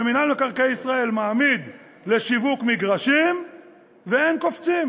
שמינהל מקרקעי ישראל מעמיד לשיווק מגרשים ואין קופצים,